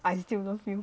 I still love you